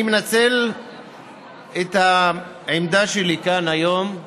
אני מנצל את העמידה שלי כאן היום,